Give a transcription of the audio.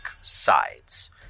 sides